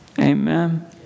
Amen